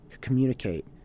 communicate